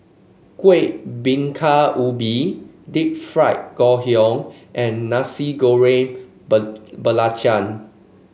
Kueh Bingka Ubi Deep Fried Ngoh Hiang and Nasi Goreng Belacan